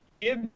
give